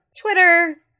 Twitter